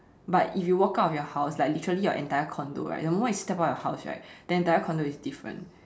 but you walk out of your house like literally your entire condo right the moment you step out of your house right the entire condo is different